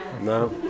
No